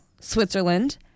Switzerland